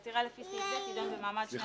עתירה לפי סעיף זה תידון במעמד שני הצדדים